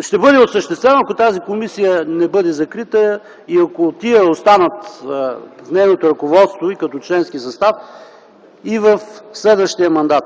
ще бъде осъществена, ако тази комисия не бъде закрита и ако тези - нейното ръководство и като членски състав, останат и в следващия мандат.